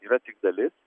yra tik dalis